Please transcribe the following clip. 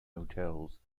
hotels